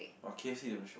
or k_f_c never show